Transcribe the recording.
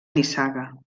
nissaga